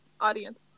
audience